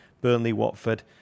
Burnley-Watford